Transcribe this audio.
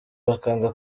bakanga